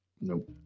Nope